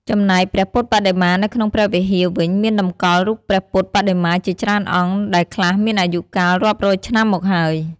ចំំណែកព្រះពុទ្ធបដិមានៅក្នុងព្រះវិហារវិញមានតម្កល់រូបព្រះពុទ្ធបដិមាជាច្រើនអង្គ ដែលខ្លះមានអាយុកាលរាប់រយឆ្នាំមកហើយ ។